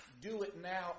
do-it-now